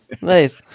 Nice